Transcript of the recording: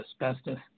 asbestos